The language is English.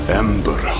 ember